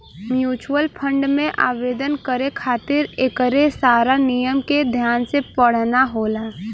mutual fund में आवेदन करे खातिर एकरे सारा नियम के ध्यान से पढ़ना होला